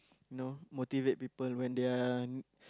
you know motivate people when they are